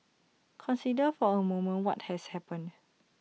consider for A moment what has happened